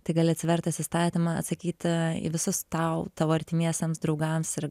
tai gali atsivertęs įstatymą atsakyti į visus tau tavo artimiesiems draugams ir